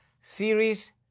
series